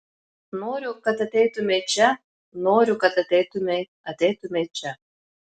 noriu kad ateitumei čia noriu kad ateitumei ateitumei čia